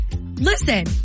listen